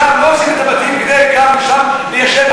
שם לא הורסים את הבתים כדי ליישב ערבים.